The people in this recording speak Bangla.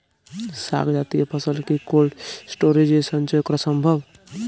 শাক জাতীয় ফসল কি কোল্ড স্টোরেজে সঞ্চয় করা সম্ভব?